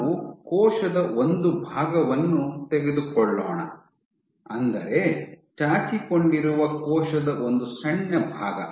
ನಾವು ಕೋಶದ ಒಂದು ಭಾಗವನ್ನು ತೆಗೆದುಕೊಳ್ಳೋಣ ಅಂದರೆ ಚಾಚಿಕೊಂಡಿರುವ ಕೋಶದ ಒಂದು ಸಣ್ಣ ಭಾಗ